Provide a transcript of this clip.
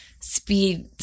speed